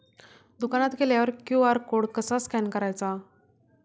दुकानात गेल्यावर QR code कसा स्कॅन करायचा?